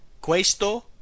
Questo